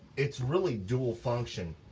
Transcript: it's really dual function,